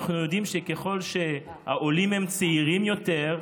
אנחנו יודעים שככל שהעולים הם צעירים יותר,